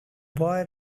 boy